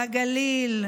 בגליל,